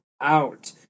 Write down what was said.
out